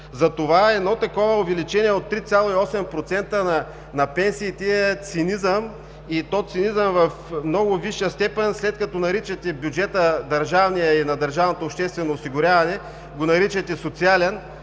бедност. Едно такова увеличение от 3,8% на пенсиите е цинизъм и то цинизъм в много висша степен след като наричате бюджета, държавния и на държавното обществено осигуряване „социален“,